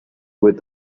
with